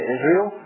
Israel